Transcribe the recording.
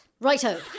Righto